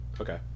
Okay